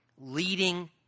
leading